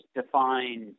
define